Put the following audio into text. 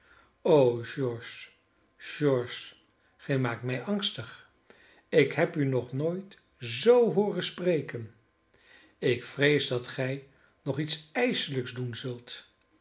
o george george gij maakt mij angstig ik heb u nog nooit zoo hooren spreken ik vrees dat gij nog iets ijselijks doen zult